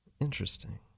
Interesting